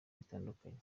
bitadukanye